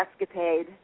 escapade